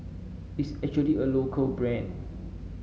it's actually a local brand